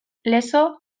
lezo